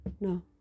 no